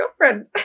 girlfriend